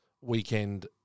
weekend